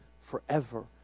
forever